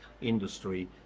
industry